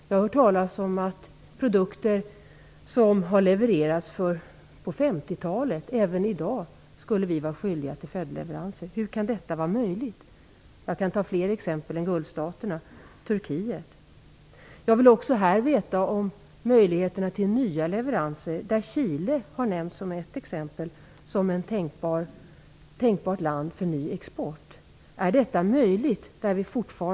Jag har hört talas om att vi även i dag är skyldiga att acceptera följdleveranser för produkter som levererats under 50-talet. Hur kan detta vara möjligt? Jag kan ta fler exempel än Jag vill också få veta om möjligheterna till nya leveranser. Chile har nämnts som ett exempel på tänkbart land för ny export. Är detta möjligt?